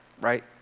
right